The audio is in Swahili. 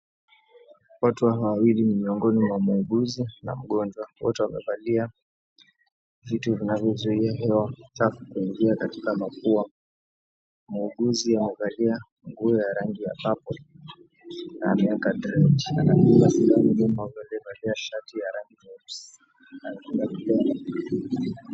Watu hawa wawili ni miongoni mwa muuguzi na mgonjwa wote wamevalia vitu vinavyozuia hewa safi kuingia katika mapua. Muuguzi amevalia nguo ya rangi ya purple na ameeka dread anamdunga sindano mwanaume aliyevalia shati ya rangi nyeusi.